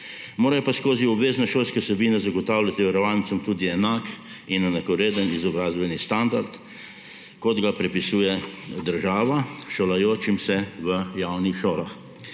Morajo pa skozi obvezne šolske vsebine zagotavljati varovancem tudi enak in enakovreden izobrazbeni standard, kot ga predpisuje država šolajočim se v javnih šolah.